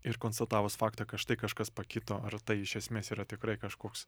ir konstatavus faktą kad štai kažkas pakito ar tai iš esmės yra tikrai kažkoks